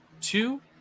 two